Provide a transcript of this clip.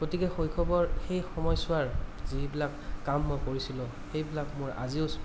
গতিকে শৈশৱৰ সেই সময়ছোৱাৰ যিবিলাক কাম মই কৰিছিলো সেইবিলাক মোৰ আজিও